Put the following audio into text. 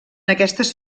aquestes